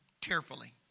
carefully